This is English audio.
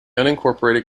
unincorporated